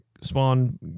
spawn